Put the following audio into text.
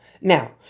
Now